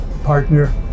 Partner